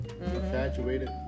Infatuated